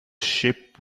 sheep